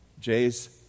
Jay's